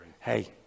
hey